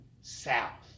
south